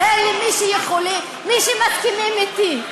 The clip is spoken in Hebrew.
מי שיכולים,